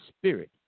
spirit